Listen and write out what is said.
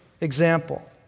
example